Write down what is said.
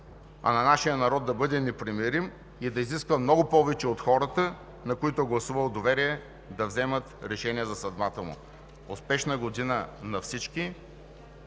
а на нашия народ – да бъде непримирим и да изисква много повече от хората, на които е гласувал доверие да вземат решения за съдбата му. Успешна година на всички,